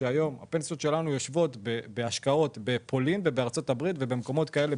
שהיום נמצא בהשקעות בפולין ובארצות הברית לישראל.